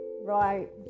right